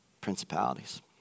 principalities